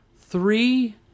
three